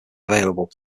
available